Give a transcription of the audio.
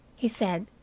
he said.